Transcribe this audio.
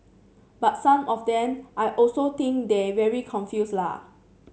but some of them I also think they very confuse la